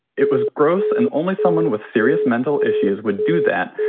it was gross and only someone with serious mental issues would do that.